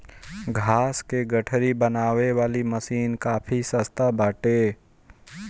घास कअ गठरी बनावे वाली मशीन काफी सस्ता बाटे